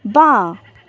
বাঁ